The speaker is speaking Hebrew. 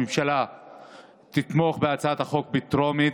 הממשלה תתמוך בהצעת החוק בטרומית.